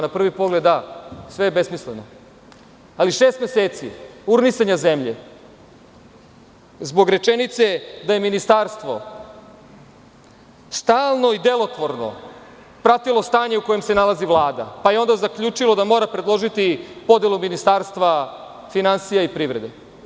Na prvi pogled da, sve je besmisleno, ali šest meseci urnisanja zemlje zbog rečenice da je ministarstvo stalno i delotvorno pratilo stanje u kojem se nalazi Vlada, pa je onda zaključilo da mora predložiti podelu ministarstva finansija i privrede.